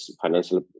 financial